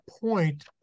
point